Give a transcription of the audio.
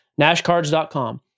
NashCards.com